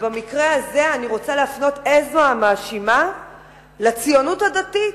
במקרה הזה אני רוצה להפנות אצבע מאשימה לציונות הדתית,